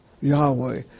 Yahweh